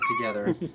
together